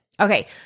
Okay